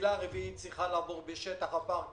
המסילה הרביעית צריכה לעבור בשטח הפארק,